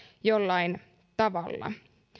jollain tavalla